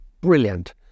brilliant